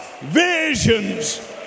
visions